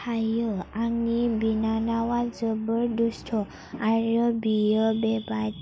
हायो आंनि बिनानावा जोबोद दुस्थ' आरो बियो बेबाय